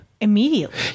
immediately